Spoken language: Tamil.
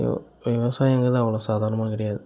விவசாயங்கிறது அவ்வளோ சாதாரணமாக கிடையாது